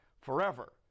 forever